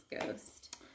ghost